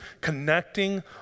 connecting